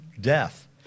death